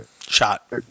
Shot